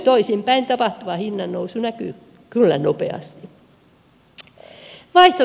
toisinpäin tapahtuva hinnannousu näkyy kyllä nopeasti